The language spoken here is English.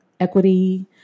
equity